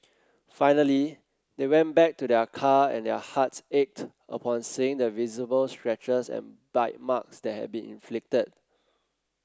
finally they went back to their car and their hearts ached upon seeing the visible scratches and bite marks that had been inflicted